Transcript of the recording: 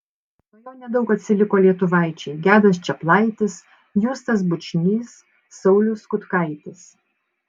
nuo jo nedaug atsiliko lietuvaičiai gedas čeplaitis justas bučnys saulius kutkaitis